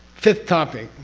fifth topic?